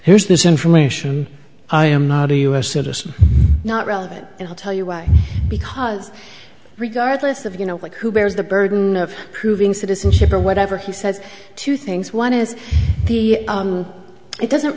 here's this information i am not a u s citizen not relevant i'll tell you why because regardless of you know who bears the burden of proving citizenship or whatever he says two things one is the it doesn't